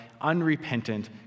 unrepentant